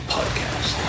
Podcast